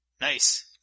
Nice